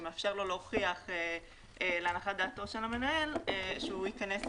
שמאפשר לו להוכיח להנחת דעתו של המנהל שהסכום